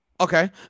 Okay